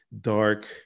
dark